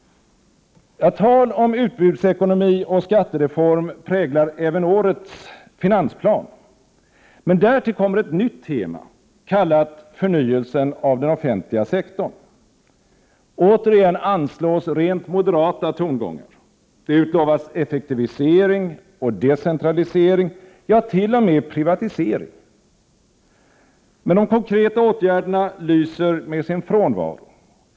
Tal om utbudsekonomi och skattereform präglar även årets finansplan. Men därtill kommer ett nytt tema, kallat förnyelsen av den offentliga sektorn. Återigen anslås rent moderata tongångar. Det utlovas effektivisering och decentralisering — ja, t.o.m. privatisering. Men de konkreta åtgärderna lyser med sin frånvaro.